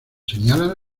señalan